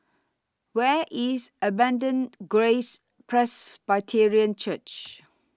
Where IS Abundant Grace Presbyterian Church